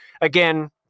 Again